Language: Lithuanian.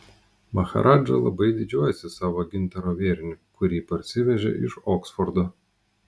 maharadža labai didžiuojasi savo gintaro vėriniu kurį parsivežė iš oksfordo